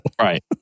Right